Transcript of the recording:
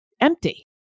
empty